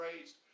raised